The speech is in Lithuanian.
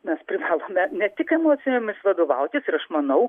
mes privalome ne tik emocijomis vadovautis ir aš manau